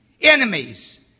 enemies